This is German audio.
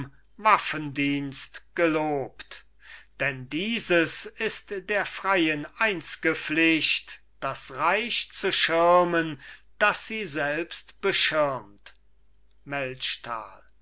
waffendienst gelobt denn dieses ist der freien einz'ge pflicht das reich zu schirmen das sie selbst beschirmt